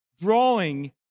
Drawing